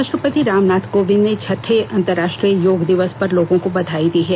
राष्ट्रपति रामनाथ कोविंद ने छठे अंतर्राष्ट्रीय योग दिवस पर लोगों को बधाई दी है